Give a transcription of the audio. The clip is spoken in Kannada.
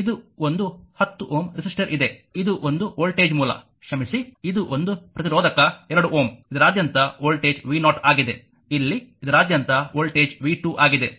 ಇದು ಒಂದು 10 Ω ರೆಸಿಸ್ಟರ್ ಇದೆ ಇದು ಒಂದು ವೋಲ್ಟೇಜ್ ಮೂಲ ಕ್ಷಮಿಸಿ ಇದು ಒಂದು ಪ್ರತಿರೋಧಕ 2Ω ಇದರಾದ್ಯಂತ ವೋಲ್ಟೇಜ್ v0 ಆಗಿದೆ ಇಲ್ಲಿ ಇದರಾದ್ಯಂತ ವೋಲ್ಟೇಜ್ v2 ಆಗಿದೆ